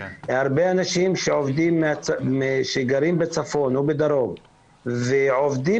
הרבה אנשים שגרים בצפון או בדרום ועובדים